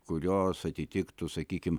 kurios atitiktų sakykim